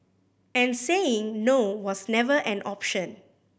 and saying no was never an option